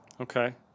Okay